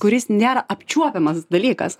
kuris nėra apčiuopiamas dalykas